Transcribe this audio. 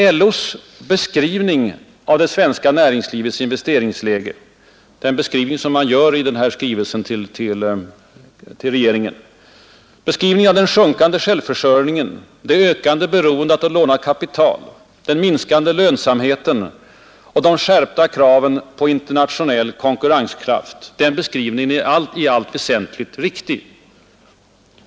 Den beskrivning som LO i denna skrivelse till regeringen gör av det svenska näringslivets investeringsläge, av den sjunkande självförsörjningen, det ökande beroendet av lånat kapital, den minskande lönsamheten och de skärpta kraven på internationell konkurrenskraft, är i allt väsentligt riktig.